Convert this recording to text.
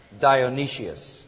Dionysius